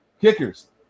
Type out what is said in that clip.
kickers